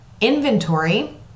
inventory